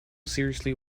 seriously